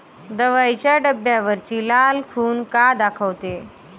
दवाईच्या डब्यावरची लाल खून का दाखवते?